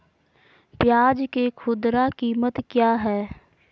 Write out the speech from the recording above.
प्याज के खुदरा कीमत क्या है?